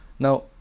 Now